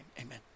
amen